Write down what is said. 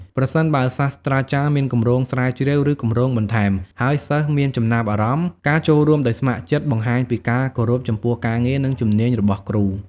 ប្រសិនបើសាស្រ្តាចារ្យមានគម្រោងស្រាវជ្រាវ ឬគម្រោងបន្ថែម ហើយសិស្សមានចំណាប់អារម្មណ៍ ការចូលរួមដោយស្ម័គ្រចិត្តបង្ហាញពីការគោរពចំពោះការងារ និងជំនាញរបស់គ្រូ។